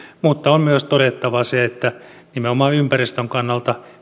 mutta on myös todettava se että nimenomaan ympäristön kannalta